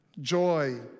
joy